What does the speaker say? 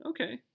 Okay